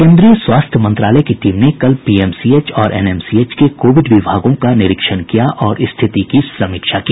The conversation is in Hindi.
केन्द्रीय स्वास्थ्य मंत्रालय की टीम ने कल पीएमसीएच और एनएमसीएच के कोविड विभागों का निरीक्षण किया और स्थिति की समीक्षा की